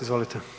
izvolite.